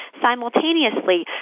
simultaneously